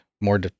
more